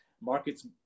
markets